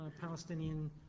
Palestinian